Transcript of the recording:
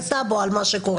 לטעמנו,